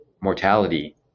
mortality